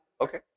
Okay